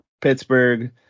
Pittsburgh